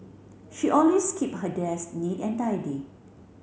she always keep her desk neat and tidy